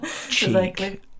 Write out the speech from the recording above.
cheek